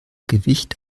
gewicht